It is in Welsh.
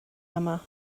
yma